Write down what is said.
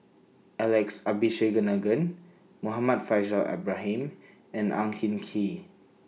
Alex Abisheganaden Muhammad Faishal Ibrahim and Ang Hin Kee